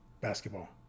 basketball